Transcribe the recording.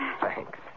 thanks